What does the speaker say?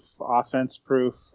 offense-proof